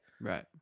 Right